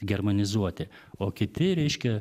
germanizuoti o kiti reiškia